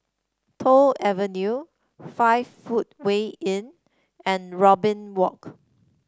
Toh Avenue Five Footway Inn and Robin Walk